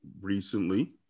Recently